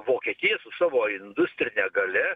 vokietija su savo industrine galia